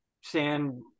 sand